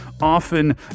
often